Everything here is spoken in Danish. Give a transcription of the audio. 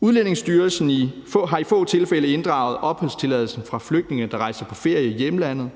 Udlændingestyrelsen har i få tilfælde inddraget opholdstilladelsen fra flygtninge, der rejser på ferie i hjemlandet,